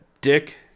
Dick